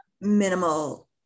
minimal